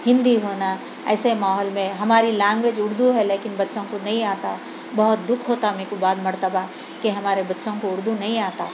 ہندی ہونا ایسے ماحول میں ہماری لینگویج اُردو ہے لیکن بچوں کو نہیں آتا بہت دُکھ ہوتا میرے کو بعض مرتبہ کہ ہمارے بچوں کو اُردو نہیں آتا